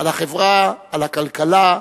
על החברה, על הכלכלה,